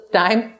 time